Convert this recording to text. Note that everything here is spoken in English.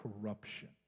corruption